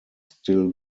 still